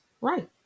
Right